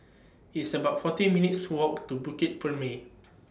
It's about forty minutes' Walk to Bukit Purmei